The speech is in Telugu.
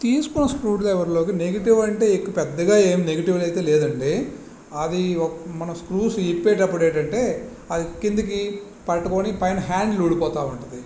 తీసుకున్న స్క్రూడ్రైవేర్లోకి నెగెటివ్ అంటే పెద్దగా ఏమి నెగిటివ్ అయితే లేదండి అది మనం స్క్రూస్ ఇప్పేటప్పుడు ఏంటంటే అది కిందికి పట్టుకోని పైన హ్యాండిల్ ఊడిపోతూ ఉంటుంది